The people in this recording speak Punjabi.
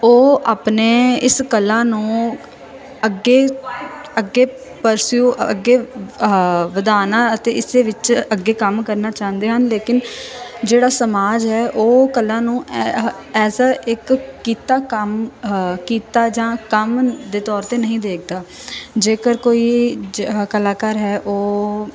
ਉਹ ਆਪਣੇ ਇਸ ਕਲਾ ਨੂੰ ਅੱਗੇ ਅੱਗੇ ਪਰਸਿਓ ਅੱਗੇ ਆਹਾ ਵਧਾਉਣਾ ਅਤੇ ਇਸਦੇ ਵਿੱਚ ਅੱਗੇ ਕੰਮ ਕਰਨਾ ਚਾਹੁੰਦੇ ਹਨ ਲੇਕਿਨ ਜਿਹੜਾ ਸਮਾਜ ਹੈ ਉਹ ਕਲਾ ਨੂੰ ਐ ਐਸਾ ਇੱਕ ਕਿੱਤਾ ਕੰਮ ਕਿੱਤਾ ਜਾਂ ਕੰਮ ਦੇ ਤੌਰ 'ਤੇ ਨਹੀਂ ਦੇਖਦਾ ਜੇਕਰ ਕੋਈ ਜ ਕਲਾਕਾਰ ਹੈ ਉਹ